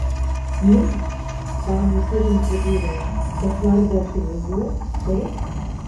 ne baniui tylint pridūriau kas nors dėl pinigų taip